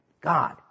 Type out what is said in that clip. God